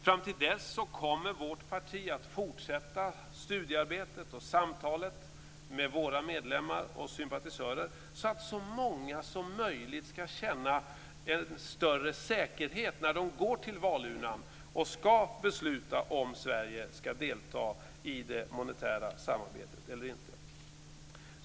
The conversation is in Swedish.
Fram till dess kommer vårt parti att fortsätta studiearbetet och samtalet med våra medlemmar och sympatisörer, så att så många som möjligt ska känna en större säkerhet när de går till valurnan och ska besluta om Sverige ska delta i det monetära samarbetet eller inte.